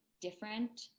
different